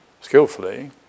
skillfully